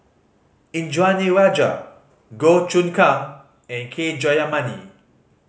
Indranee Rajah Goh Choon Kang and K Jayamani